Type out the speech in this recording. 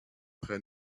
prêts